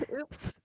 oops